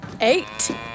Eight